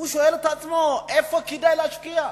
שואל את עצמו איפה כדאי להשקיע.